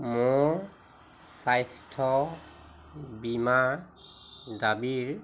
মোৰ স্বাস্থ্য বীমা দাবীৰ